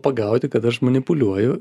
pagauti kad aš manipuliuoju